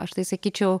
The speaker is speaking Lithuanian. aš tai sakyčiau